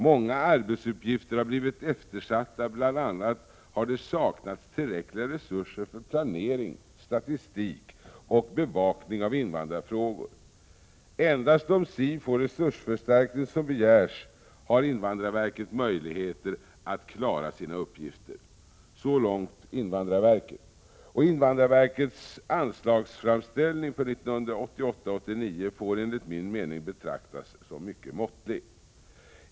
Många arbetsuppgifter har blivit eftersatta, bl.a. har det saknats tillräckliga resurser för planering, statistik och bevakning av invandrarfrågor. Endast om SIV får resursförstärkning, som begärs, har invandrarverket möjligheter att klara sina uppgifter.” Och invandrarverkets anslagsframställning för 1988/89 får, enligt min mening, betraktas som mycket måttlig.